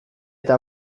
eta